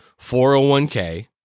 401k